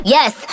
Yes